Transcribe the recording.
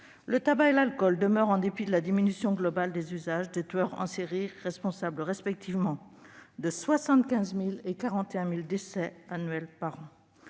Le tabac et l'alcool demeurent, en dépit de la diminution globale des usages, des tueurs en série responsables, respectivement, de 75 000 et 41 000 décès annuels.